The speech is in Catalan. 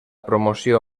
promoció